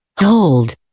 Hold